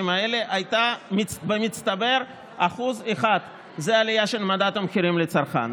האלה הייתה במצטבר 1% זו העלייה של מדד המחירים לצרכן.